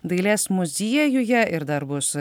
dailės muziejuje ir dar bus